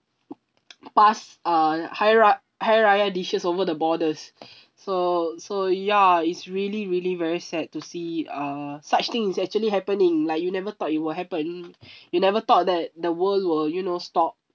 passed uh hari raya hari raya dishes over the borders so so ya it's really really very sad to see uh such thing is actually happening like you never thought it will happen you never thought that the world will you know stop